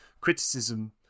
criticism